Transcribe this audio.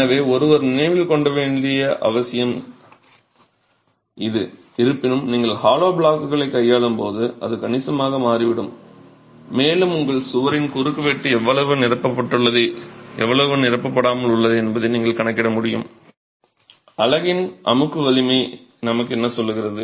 எனவே ஒருவர் நினைவில் கொள்ள வேண்டிய முக்கியமான அம்சம் இது இருப்பினும் நீங்கள் ஹாலோ பிளாக்குகளைக் கையாளும் போது அது கணிசமாக மாறிவிடும் மேலும் உங்கள் சுவரின் குறுக்குவெட்டு எவ்வளவு நிரப்பப்பட்டுள்ளது எவ்வளவு நிரப்பப்படாமல் உள்ளது என்பதை நீங்கள் கணக்கிட முடியும் அலகின் அமுக்கு வலிமை நமக்கு என்ன சொல்கிறது